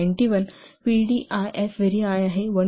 91 PDIF very high आहे 1